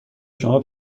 شما